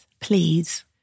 Please